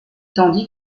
tandis